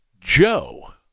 Joe